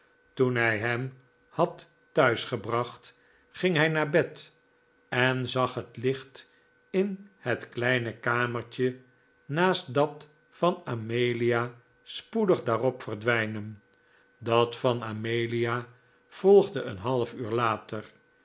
toen hij hem had thuis gebracht ging hij naar bed en zag het licht in het kleine kamertje naast dat van amelia spoedig daarop verdwijnen dat van amelia volgde een half uur later